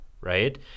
right